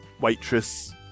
waitress